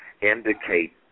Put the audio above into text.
indicate